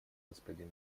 господин